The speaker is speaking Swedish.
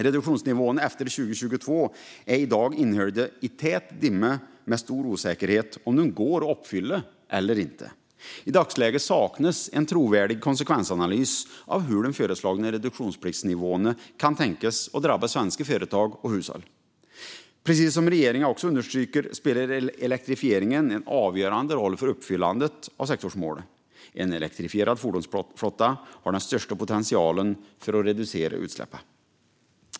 Reduktionsnivåerna efter 2022 är i dag inhöljda i tät dimma med stor osäkerhet om de går att uppfylla eller inte. I dagsläget saknas en trovärdig konsekvensanalys av hur de föreslagna reduktionspliktsnivåerna kan tänkas drabba svenska företag och hushåll. Precis som regeringen också understryker spelar elektrifieringen en avgörande roll för uppfyllandet av sektorsmålet. En elektrifierad fordonsflotta har den största potentialen att reducera utsläppen.